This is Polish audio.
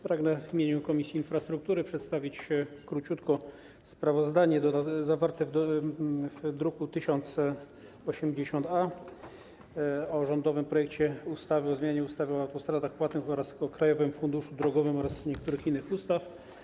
Pragnę w imieniu Komisji Infrastruktury przedstawić króciutko sprawozdanie zawarte w druku nr 1080-A o rządowym projekcie ustawy o zmianie ustawy o autostradach płatnych oraz o Krajowym Funduszu Drogowym oraz niektórych innych ustaw.